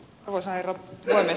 arvoisa herra puhemies